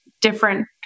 different